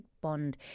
Bond